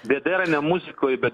bėda yra ne muzikoj bet